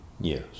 Yes